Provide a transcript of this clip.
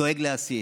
דואג להסית.